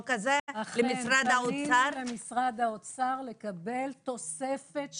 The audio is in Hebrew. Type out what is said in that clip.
הזה עמדת האוצר הייתה שנתקצב את התקנים,